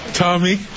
Tommy